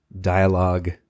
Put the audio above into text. Dialogue